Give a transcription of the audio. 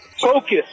Focus